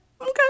okay